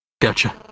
Gotcha